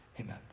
amen